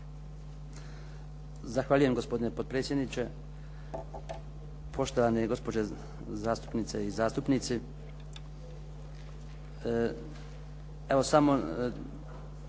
Zahvaljujem gospodine potpredsjedniče, poštovane gospođe zastupnice i zastupnici.